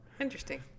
Interesting